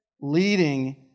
Leading